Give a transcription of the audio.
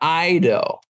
Ido